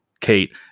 Kate